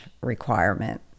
requirement